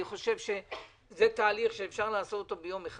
אני חושב שזה תהליך שאפשר לעשות ביום אחד.